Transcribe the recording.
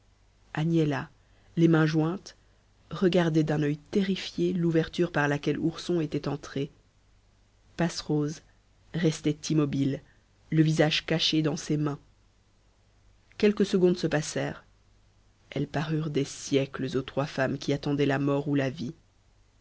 agnella les mains jointes regardait d'un oeil terrifié l'ouverture par laquelle ourson était entré passerose restait immobile le visage caché dans ses mains quelques secondes se passèrent elles parurent des siècles aux trois femmes qui attendaient la mort ou la vie